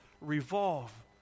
revolve